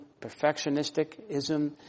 perfectionisticism